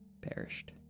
perished